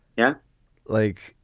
yeah like,